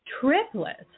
Triplets